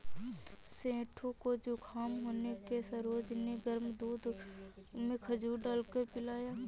सेठू को जुखाम होने से सरोज ने गर्म दूध में खजूर डालकर पिलाया